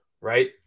right